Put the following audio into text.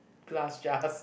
glass jars